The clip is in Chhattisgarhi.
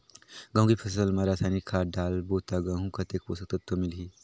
गंहू के फसल मा रसायनिक खाद डालबो ता गंहू कतेक पोषक तत्व मिलही?